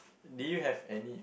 do you have any